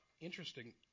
interesting